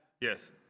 yes